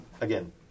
again